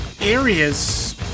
areas